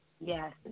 Yes